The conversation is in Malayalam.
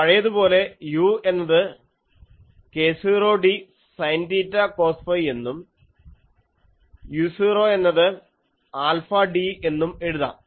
പഴയതുപോലെ u എന്നത് k0d sine theta cos phi എന്നും u0 എന്നത് ആൽഫ d എന്നും എഴുതാം